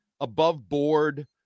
above-board